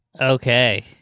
Okay